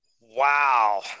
wow